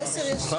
בשעה